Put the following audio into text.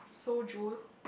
soju